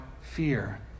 fear